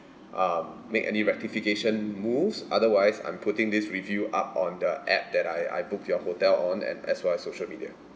um make any rectification moves otherwise I'm putting this review up on the app that I I booked your hotel on and as well as social media